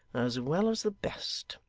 as well as the best.